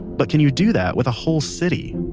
but can you do that with a whole city?